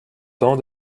tant